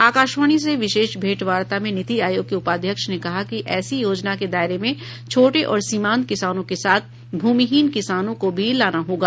आकाशवाणी से विशेष भेंटवार्ता में नीति आयोग के उपाध्यक्ष ने कहा कि ऐसी योजना के दायरे में छोटे और सीमांत किसानों के साथ भूमिहीन किसानों को भी लाना होगा